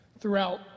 throughout